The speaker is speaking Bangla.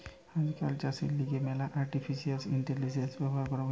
আজকাল চাষের লিগে ম্যালা আর্টিফিশিয়াল ইন্টেলিজেন্স ব্যবহার করা হতিছে